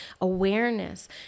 awareness